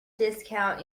discount